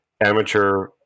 amateur